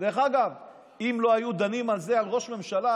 אם לא היו דנים על זה על ראש ממשלה,